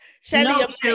Shelly